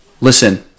Listen